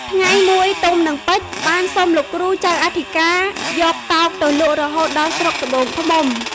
ថ្ងៃមួយ ទុំ និងពេជ្រ បានសុំលោកគ្រូចៅអធិការយកតោកទៅលក់រហូតដល់ស្រុកត្បួងឃ្មុំ។